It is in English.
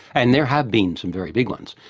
and there have been some very big ones.